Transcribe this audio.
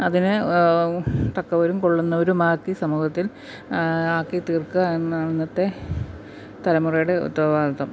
അതിന് തക്കവരും കൊള്ളുന്നവരുമാക്കി സമൂഹത്തിൽ ആക്കിത്തീർക്കുക എന്നതാണ് ഇന്നത്തെ തലമുറയുടെ ഉത്തരവാദിത്തം